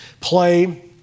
play